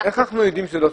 אני לא יודע אם אני אהיה פה,